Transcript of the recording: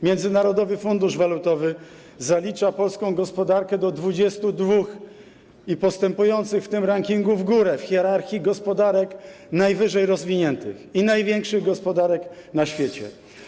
Międzynarodowy Fundusz Walutowy zalicza polską gospodarkę do 22 - i postępuje w tym rankingu w górę w hierarchii - gospodarek najwyżej rozwiniętych i największych gospodarek na świecie.